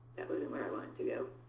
that wasn't where i wanted to go.